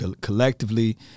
collectively